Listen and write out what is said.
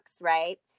right